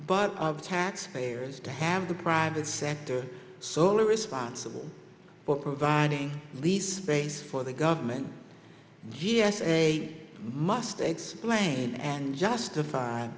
but of taxpayers to have the private sector so responsible for providing lease base for the government g s a must explain and justify